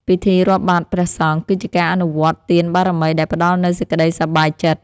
ពិធីរាប់បាតព្រះសង្ឃ គឺជាការអនុវត្តទានបារមីដែលផ្តល់នូវសេចក្តីសប្បាយចិត្ត។